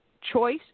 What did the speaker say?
choice